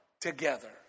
together